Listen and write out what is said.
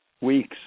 weeks